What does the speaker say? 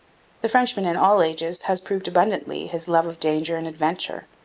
the frenchman in all ages has proved abundantly his love of danger and adventure.